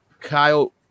Kyle